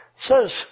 says